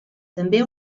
també